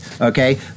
okay